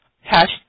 hash